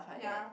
ya